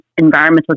environmental